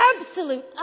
absolute